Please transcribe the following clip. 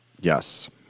Yes